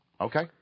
Okay